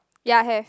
ya have